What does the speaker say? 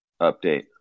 update